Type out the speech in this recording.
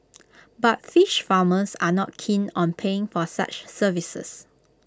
but fish farmers are not keen on paying for such services